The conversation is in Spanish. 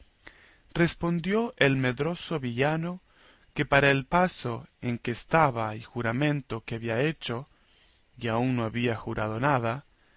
respondió el medroso villano que para el paso en que estaba y juramento que había hecho y aún no había jurado nada